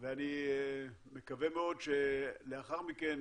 ואני מקווה מאוד שלאחר מכן